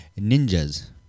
ninjas